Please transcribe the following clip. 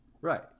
Right